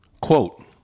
quote